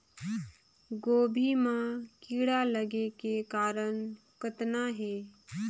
गोभी म कीड़ा लगे के कारण कतना हे?